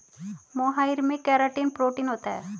मोहाइर में keratin protein होता है